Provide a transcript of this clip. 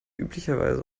üblicherweise